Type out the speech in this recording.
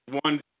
one